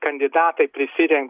kandidatai prisiren